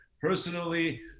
personally